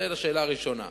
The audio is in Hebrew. זה לשאלה הראשונה.